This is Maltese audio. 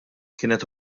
kienet